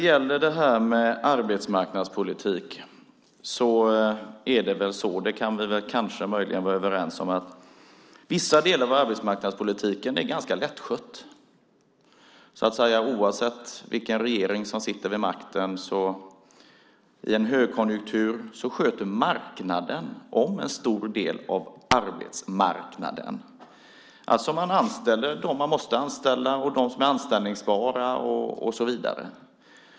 Vi kan kanske vara överens om att vissa delar av arbetsmarknadspolitiken är ganska lättskötta oavsett vilken regering som sitter vid makten. I en högkonjunktur sköter marknaden om en stor del av arbetsmarknaden. Man anställer dem som man måste anställa - de anställningsbara.